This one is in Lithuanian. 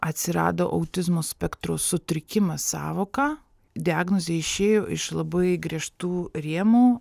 atsirado autizmo spektro sutrikimas sąvoka diagnozė išėjo iš labai griežtų rėmų